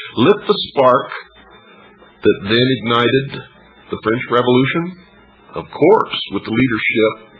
lit the spark that then ignited the french revolution of course, with the leadership